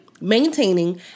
maintaining